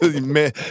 man